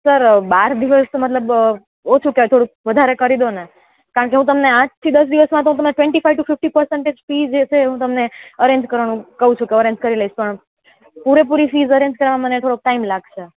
sir બાર દિવસ મતલબ ઓછું થોડું વધારે કરી દો ન કારણ કે હું તમને આઠથી દસ દિવસમાં તો twenty five to fifty percent fee જે છે હું તમને અરેન્જ કરવાનું કહું છું અરેન્જ કરી લઈશ પણ પૂરે પૂરી ફી અરેન્જ કરવામાં મને થોડો ટાઈમ લાગશે